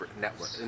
network